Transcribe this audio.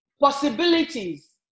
possibilities